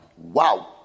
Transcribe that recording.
Wow